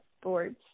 sports